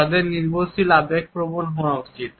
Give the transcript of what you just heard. তাদের নির্ভরশীল আবেগপ্রবণ হওয়া উচিত